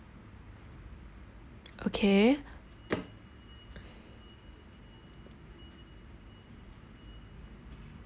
okay